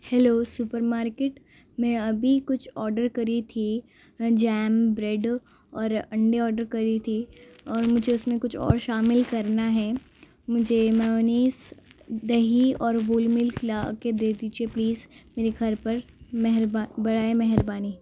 hello super market میں ابھی کچھ آڈر کی تھی جیم بریڈ اور انڈے آڈر کی تھی اور مجھے اس میں کچھ اور شامل کرنا ہے مجھے ماونیز دہی اور گل مل کھلا کے دے دیجیے پلیز میرے گھر پر برائے مہربانی